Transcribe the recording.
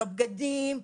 לא בגדים,